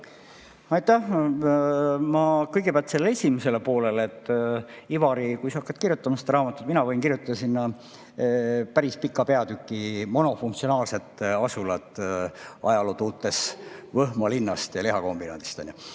Ma kõigepealt vastan sellele esimesele poolele. Ivari, kui sa hakkad kirjutama seda raamatut, siis mina võin kirjutada sinna päris pika peatüki "Monofunktsionaalsed asulad ajalootuultes" Võhma linnast ja lihakombinaadist.